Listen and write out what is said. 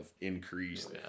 increased